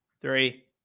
three